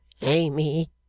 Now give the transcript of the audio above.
Amy